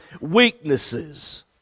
weaknesses